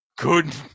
Good